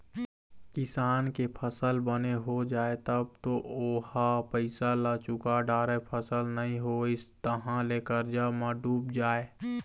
किसान के फसल बने हो जाए तब तो ओ ह पइसा ल चूका डारय, फसल नइ होइस तहाँ ले करजा म डूब जाए